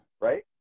Right